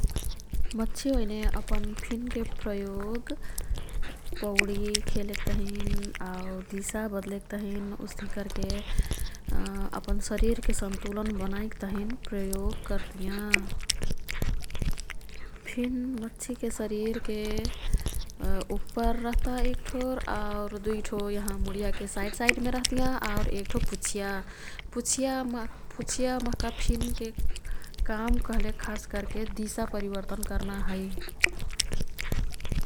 मच्छी ओइने अपन फिनके प्रयोग पौडी खेलेकतहिन आऊ दिशा बद्लेक तहिन उस्तिहीकर्के अपन शरिरके सन्तुलन बनाईक तहिन प्रयोग कर्तियाँ। फिन मच्छीके शरिरके उप्पर रह्ता एक्ठो आऊ दुईठो यहाँ मुण्डियाके साइड साइड मे रह्तियाँ आउर एक्ठो पुछिया। पुछिया महका फिनके काम कह्लेक खासकर्के दिशा परिवर्तन कर्ना है।